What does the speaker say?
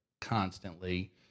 constantly